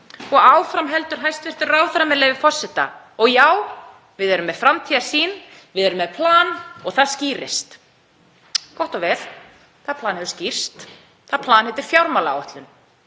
Og áfram heldur hæstv. ráðherra: „Og já, við erum með framtíðarsýn. Við erum með plan og það skýrist.“ Gott og vel. Það plan hefur skýrst. Það plan heitir fjármálaáætlun.